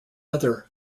other